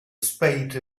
spade